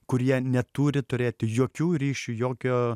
kurie neturi turėti jokių ryšių jokio